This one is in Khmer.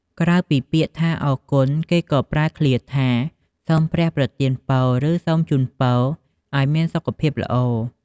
ក្រៅពីពាក្យថាអរគុណ គេក៏ប្រើឃ្លាថា សូមព្រះប្រទានពរ ឬ សូមជូនពរឱ្យមានសុខភាពល្អដែរ។